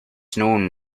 known